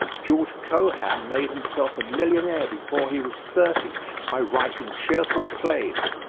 george cohan made himself a millionaire before he was thirty by writing cheerful plays.